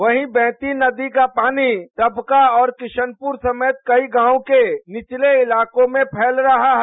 वहीं बैती नदी का पानी टभका और किशनपुर समेत कई गांव के निचले इलाकों में फैल रहा है